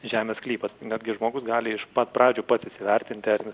žemės sklypas netgi žmogus gali iš pat pradžių pats įsivertinti ar